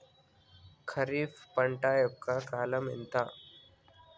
ఖరీఫ్ పంట యొక్క కాలం ఎంత?